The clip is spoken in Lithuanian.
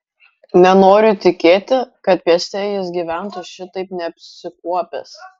nenoriu tikėti kad mieste jis gyventų šitaip neapsikuopęs